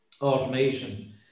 automation